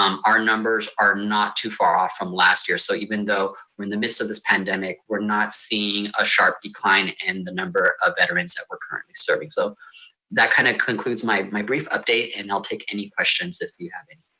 um our numbers are not too far off from last year. so even though we're in the midst of this pandemic, we're not seeing a sharp decline in and the number of veterans that we're currently serving. so that kind of concludes my my brief update. and i'll take any questions if you have any.